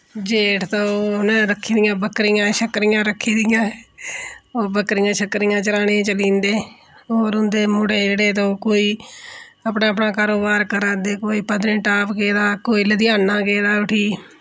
जेठ तां ओ उ'नें रक्खी दियां बकरियां शकरियां रक्खी दियां ओह् बकरियां शकरियां चराने चली जंदे और उं'दे मुड़े जेह्ड़े ते कोई अपना अपना कारोबार करै दे कोई पत्नीटाप गेदा कोई लुधियाना गेदा उठी